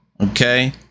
okay